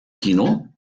kino